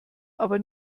aber